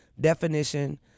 definition